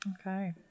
Okay